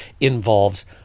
involves